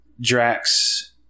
Drax